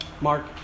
Mark